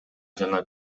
жана